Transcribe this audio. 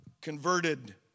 converted